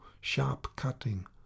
sharp-cutting